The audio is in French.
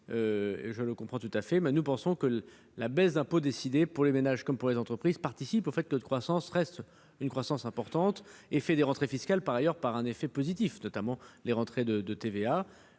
que je comprends, mais nous pensons que la baisse d'impôt décidée pour les ménages comme pour les entreprises participe au fait que notre croissance reste importante et permet des rentrées fiscales par un effet positif, notamment les rentrées de TVA.